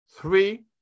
three